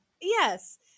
Yes